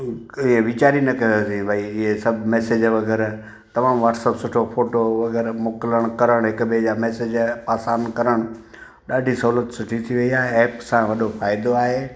ई विचार ई न कयोसीं भई इहे सभु मैसेज वग़ैरह तमामु वाट्सअप सुठो फ़ोटो वग़ैरह मोकलणु करणु हिक ॿिए जा मैसेज पास ऑन करणु ॾाढी सहूलियत सुठी थी वयी आहे ऐप सा वॾो फ़ाइदो आहे